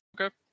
Okay